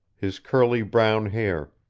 his curly brown hair,